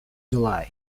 july